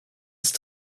ist